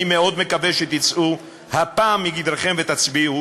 אני מאוד מקווה שתצאו הפעם מגדרכם ותצביעו